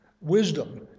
wisdom